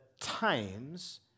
times